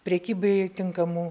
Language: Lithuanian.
prekybai tinkamų